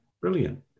brilliant